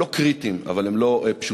הם לא קריטיים אבל הם לא פשוטים,